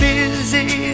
busy